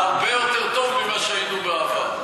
אנחנו במצב הרבה יותר טוב ממה שהיינו בעבר.